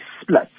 split